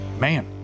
man